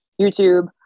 YouTube